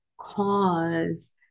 cause